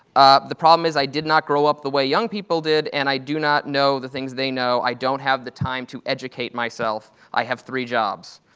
the problem is i did not grow up the way young people did, and i do not know the things they know. i don't have the time to educate myself. i have three jobs.